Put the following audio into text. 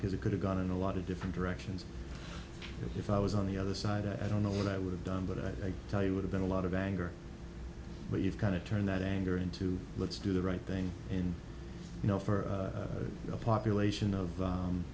because it could have gotten a lot of different directions if i was on the other side i don't know what i would have done but i think tell you would have been a lot of anger but you've got to turn that anger into let's do the right thing and you know for the population of